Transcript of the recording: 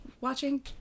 watching